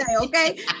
okay